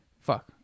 fuck